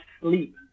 sleep